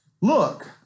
Look